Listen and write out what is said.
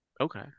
Okay